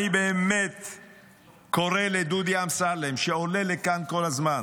אני קורא לדודי אמסלם, שעולה לכאן כל הזמן